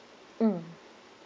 mmhmm